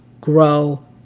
grow